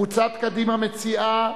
קבוצת קדימה מציעה.